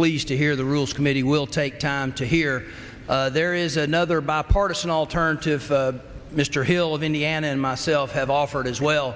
pleased to hear the rules committee will take time to hear there is another bipartisan alternative mr hill of indiana and myself have offered as well